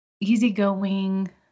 easygoing